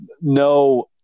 no